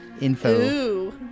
info